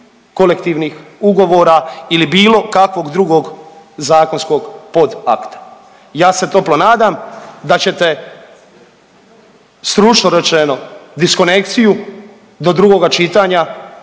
kolektivnih ugovora ili bilo kakvog drugog zakonskog podakta. Ja se toplo nadam da ćete stručno rečeno diskonekciju do drugoga čitanja